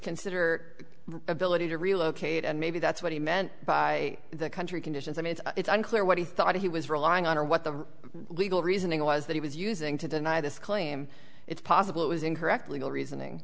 consider ability to relocate and maybe that's what he meant by the country conditions i mean it's unclear what he thought he was relying on or what the legal reasoning was that he was using to deny this claim it's possible it was incorrect legal reasoning